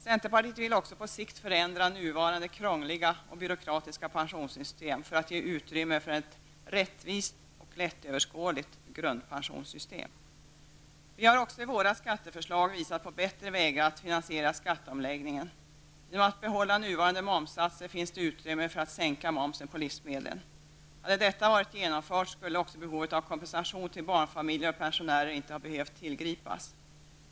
Centerpartiet vill alltså på sikt förändra nuvarande krångliga och byråkratiska pensionssystem för att ge utrymme åt ett rättvist och lättöverskådligt grundpensionssystem. Vi har också i våra skatteförslag visat på bättre vägar att finansiera skatteomläggningen. Genom att behålla nuvarande momssatser finns det utrymme för att sänka momsen på livsmedlen. Hade detta varit genomfört skulle också behovet av kompensation till barnfamiljer och pensionärer inte ha behövt tillgripas.